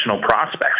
prospects